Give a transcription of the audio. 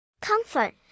Comfort